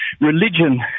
Religion